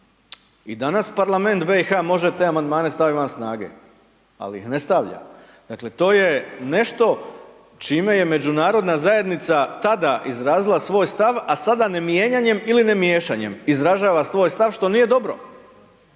i danas parlament BiH može te amandmane staviti van snage, ali ih ne stavlja, dakle, to je nešto čime je međunarodna zajednica tada izrazila svoj stav, a sada ne mijenjanjem ili ne miješanjem, izražava svoj stav, što nije dobro,